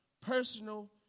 Personal